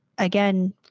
again